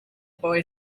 boy